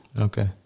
Okay